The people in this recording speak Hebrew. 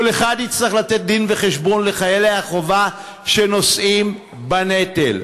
כל אחד יצטרך לתת דין-וחשבון לחיילי החובה שנושאים בנטל.